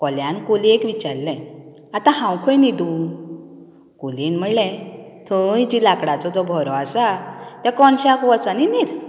कोल्यान कोलयेक विचारलें आतां हांव खंय न्हिदूं कोलयेन म्हळें थंय जीं लाकडाचो भोरो आसा त्या कोनशाक वच आनी न्हिद